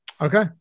Okay